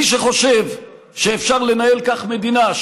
מי שחושב שאפשר לנהל כך מדינה,